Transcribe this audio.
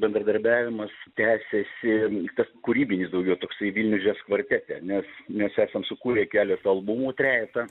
bendradarbiavimas tęsėsi tas kūrybinis daugiau toksai vilnius jazz kvartete nes mes esam sukūrę keletą albumų trejetą